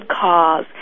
cause